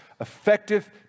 Effective